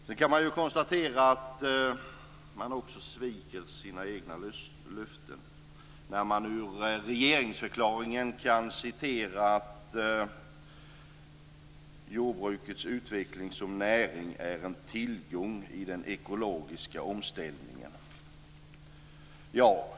Sedan kan vi konstatera att man också sviker sina egna löften när man ur regeringsförklaringen kan citera att jordbrukets utveckling som näring är en tillgång i den ekologiska omställningen.